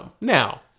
now